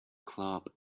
club